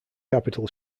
capital